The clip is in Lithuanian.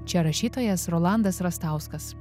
čia rašytojas rolandas rastauskas